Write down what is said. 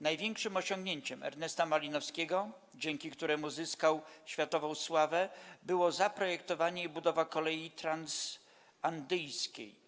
Największym osiągnięciem Ernesta Malinowskiego, dzięki któremu zyskał światową sławę, było zaprojektowanie i budowa kolei transandyjskiej.